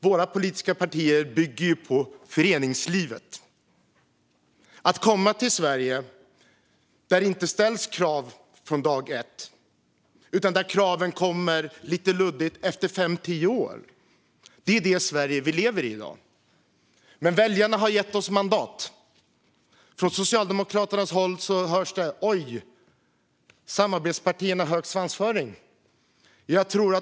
Våra politiska partier bygger på föreningslivet. I det Sverige vi i dag lever i ställs det inte krav från dag ett på dem som kommer till landet, utan kraven kommer lite luddigt efter fem tio år. Men väljarna har gett oss mandat. Från Socialdemokraternas håll hörs det: Oj, vilken hög svansföring samarbetspartierna har!